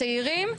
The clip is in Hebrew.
הצעירים,